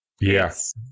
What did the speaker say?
Yes